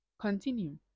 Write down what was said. continue